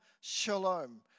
shalom